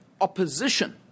opposition